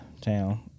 town